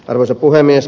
arvoisa puhemies